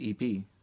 ep